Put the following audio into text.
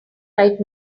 right